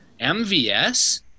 MVS